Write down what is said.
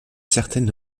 certaine